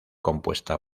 compuesta